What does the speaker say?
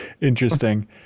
interesting